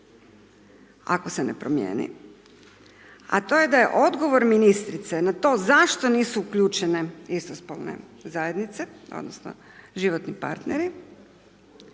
ako se ne promijeni, a to je da je odgovor ministrice na to zašto nisu uključene istospolne zajednice odnosno životni partneri,